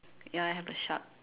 ya I have a shark